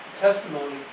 testimony